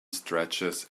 stretches